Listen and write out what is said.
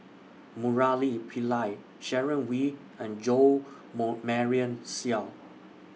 Murali Pillai Sharon Wee and Jo More Marion Seow